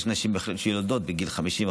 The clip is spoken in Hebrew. יש נשים שיולדות בגיל 55,